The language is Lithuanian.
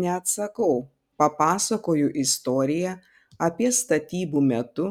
neatsakau papasakoju istoriją apie statybų metu